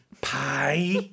pie